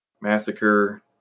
massacre